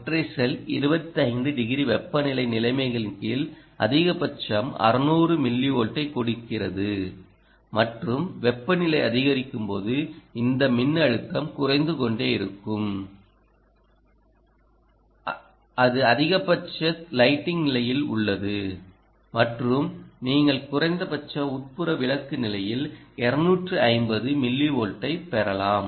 ஒற்றை செல் 25 டிகிரி வெப்பநிலை நிலைமைகளின் கீழ் அதிகபட்சம் 600 மில்லிவோல்ட்டைக் கொடுக்கிறதுமற்றும் வெப்பநிலை அதிகரிக்கும் போது இந்த மின்னழுத்தம் குறைந்து கொண்டே இருக்கும் அது அதிகபட்ச லைட்டிங் நிலையில் உள்ளது மற்றும் நீங்கள் குறைந்தபட்ச உட்புற விளக்கு நிலையில் 250 மில்லிவோல்டை பெறலாம்